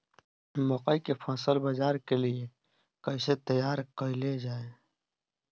मकई के फसल बाजार के लिए कइसे तैयार कईले जाए?